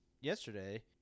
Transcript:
yesterday